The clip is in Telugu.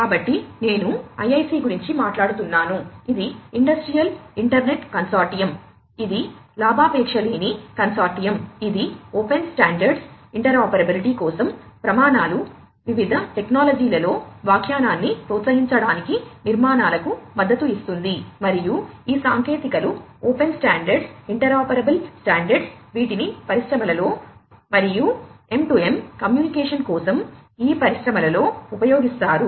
కాబట్టి నేను IIC గురించి మాట్లాడుతున్నాను ఇది ఇండస్ట్రియల్ ఇంటర్నెట్ కన్సార్టియం వీటిని పరిశ్రమలలో మరియు M2M కమ్యూనికేషన్ కోసం ఈ పరిశ్రమలలో ఉపయోగిస్తారు